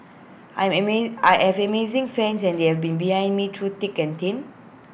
I'm amaze I have amazing fans and they've been behind me through thick and thin